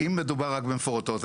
אם מדובר רק במפורטות,